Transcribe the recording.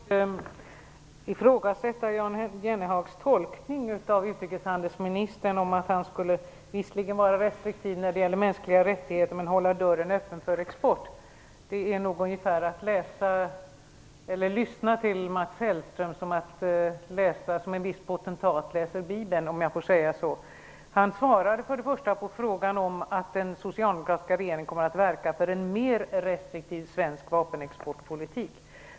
Herr talman! Jag vill bara helt kort ifrågasätta Jan Jennehags tolkning av utrikeshandelsministern, att man visserligen skulle vara restriktiv när det gäller mänskliga rättigheter men hålla dörren öppen för export. Det är ungefär att lyssna till Mats Hellström som en viss potentat läser Bibeln, om jag får säga så. Han svarade för det första på frågan om att den socialdemokratiska regeringen kommer att verka för en mer restriktiv svensk vapenexportpolitik.